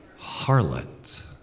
harlot